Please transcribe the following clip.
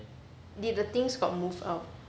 did the things got moved out